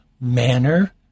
manner